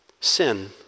Sin